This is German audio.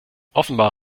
offenbar